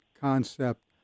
concept